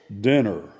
dinner